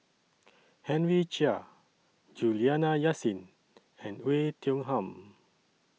Henry Chia Juliana Yasin and Oei Tiong Ham